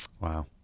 Wow